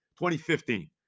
2015